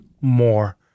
more